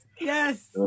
Yes